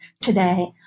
today